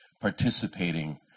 participating